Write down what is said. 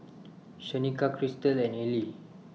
Shanika Christal and Eli